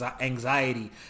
anxiety